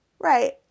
Right